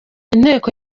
inteko